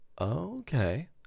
Okay